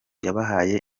yabahaye